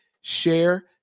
share